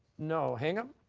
no, hingham?